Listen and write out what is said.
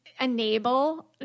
enable